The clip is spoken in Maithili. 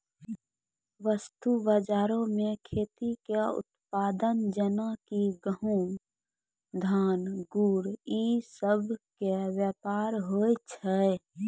वस्तु बजारो मे खेती के उत्पाद जेना कि गहुँम, धान, गुड़ इ सभ के व्यापार होय छै